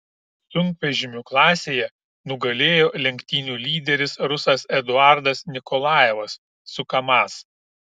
sunkvežimių klasėje nugalėjo lenktynių lyderis rusas eduardas nikolajevas su kamaz